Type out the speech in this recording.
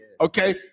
Okay